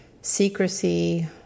secrecy